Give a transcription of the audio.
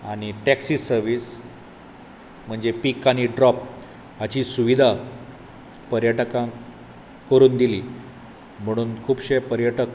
आनी टॅक्सी सवीस म्हणजे पीक आनी ड्रॉप हाची सुविधा पर्यटकांक करून दिली म्हणून खुबशे पर्यटक